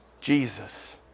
Jesus